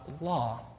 law